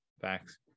facts